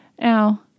Now